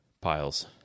piles